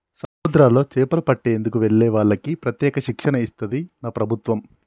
సముద్రాల్లో చేపలు పట్టేందుకు వెళ్లే వాళ్లకి ప్రత్యేక శిక్షణ ఇస్తది మన ప్రభుత్వం